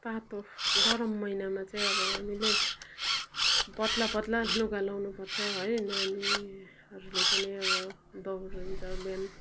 तातो गरम महिनामा चाहिँ अब हामीले पातला पातला लुगा लाउनु पर्छ है नानीहरूले पनि अब दौडन्छ बिहान